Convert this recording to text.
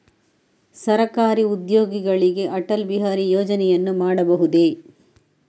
ಸರಕಾರಿ ಉದ್ಯೋಗಿಗಳಿಗೆ ಅಟಲ್ ಬಿಹಾರಿ ಯೋಜನೆಯನ್ನು ಮಾಡಿಸಬಹುದೇ?